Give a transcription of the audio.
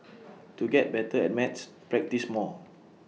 to get better at maths practise more